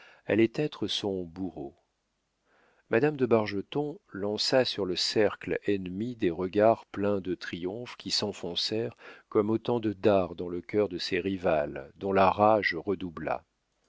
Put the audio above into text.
allait être son bourreau madame de bargeton lança sur le cercle ennemi des regards pleins de triomphe qui s'enfoncèrent comme autant de dards dans le cœur de ses rivales dont la rage redoubla